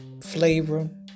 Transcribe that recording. flavor